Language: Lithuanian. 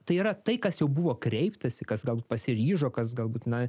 tai yra tai kas jau buvo kreiptasi kas gal pasiryžo kas galbūt na